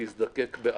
ותזדקק בעתיד.